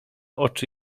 oczy